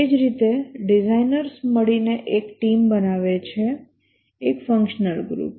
એ જ રીતે ડિઝાઇનર્સ મળીને એક ટીમ બનાવે છે એક ફંક્શનલ ગ્રુપ